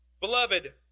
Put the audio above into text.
Beloved